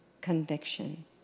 conviction